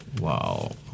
Wow